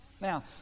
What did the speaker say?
Now